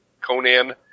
Conan